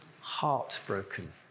heartbroken